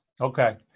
Okay